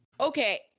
Okay